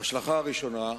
ההשלכה הראשונה: